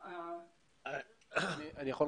אם ארבע שנים